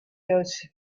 those